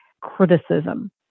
criticism